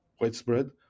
widespread